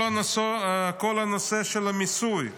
כל הנושא של המיסוי.